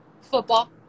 football